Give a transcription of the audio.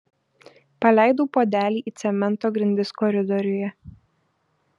paleidau puodelį į cemento grindis koridoriuje